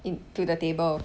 in to the table